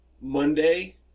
Monday